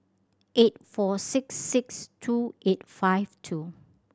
eight four six six two eight five two